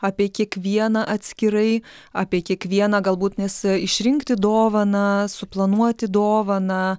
apie kiekvieną atskirai apie kiekvieną galbūt nes išrinkti dovaną suplanuoti dovaną